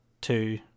two